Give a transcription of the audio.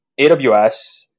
AWS